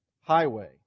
highway